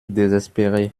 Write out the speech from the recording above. désespéré